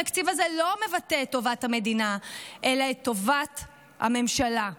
התקציב הזה אינו מבטא את טובת המדינה אלא את טובת הממשלה בלבד.